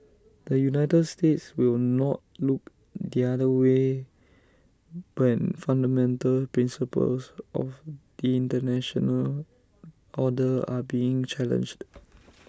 the united states will not look the other way when fundamental principles of the International order are being challenged